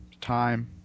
time